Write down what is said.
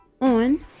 on